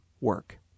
work